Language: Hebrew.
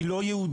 היא לא יהודית,